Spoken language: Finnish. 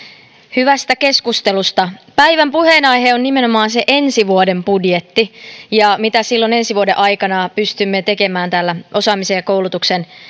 hyvästä keskustelusta päivän puheenaihe on nimenomaan se ensi vuoden budjetti ja se mitä silloin ensi vuoden aikana pystymme tekemään täällä osaamisen ja koulutuksen